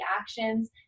actions